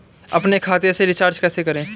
अपने खाते से रिचार्ज कैसे करें?